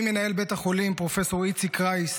ממנהל בית החולים פרופ' איציק קרייס,